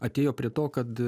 atėjo prie to kad